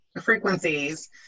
frequencies